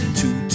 two